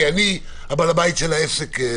כי אני בעל הבית של העסק.